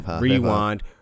rewind